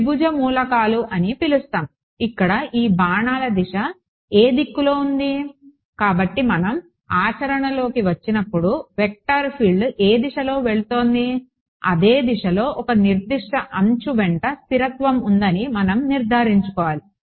త్రిభుజ మూలకాలు అని పిలుస్తాము ఇక్కడ ఈ బాణాల దిశ ఏ దిక్కులో ఉంది కాబట్టి మనం ఆచరణలోకి వచ్చినప్పుడు వెక్టర్ ఫీల్డ్ ఏ దిశలో వెళుతుందో అదే దిశలో ఒక నిర్దిష్ట అంచు వెంట స్థిరత్వం ఉందని మనం నిర్ధారించుకోవాలి